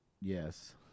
Yes